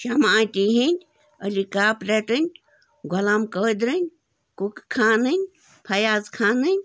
شَمہٕ aunty ہِنٛدۍ علی کاپریٹٕنۍ غلام قٲدرٕنۍ کُکہٕ خانٕنۍ فیاض خانٕنۍ